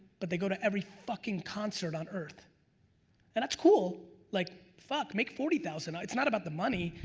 but they go to every fuckin' concert on earth and that's cool like fuck make forty thousand, it's not about the money,